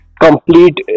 complete